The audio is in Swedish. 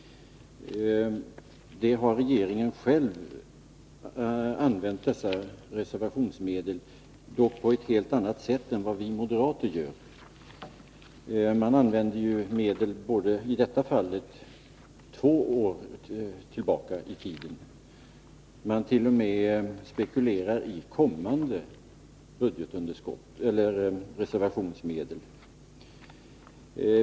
Regeringen har själv anlitat dessa reservationsmedel, dock på ett helt annat sätt än vad vi moderater vill göra. Regeringen använder i detta fall medel två år tillbaka i tiden — ja, man t.o.m. spekulerar i kommande reservationsmedel.